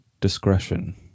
discretion